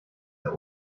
der